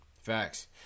Facts